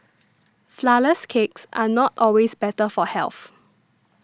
Flourless Cakes are not always better for health